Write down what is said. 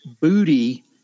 booty